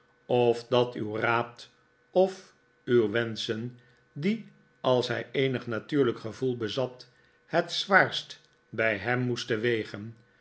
of dat uw raad of uw wenschen die als hij eenig natuurlijk gevoel bezat het zwaarst bij hem moesten wegen